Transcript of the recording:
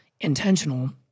intentional